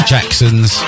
Jacksons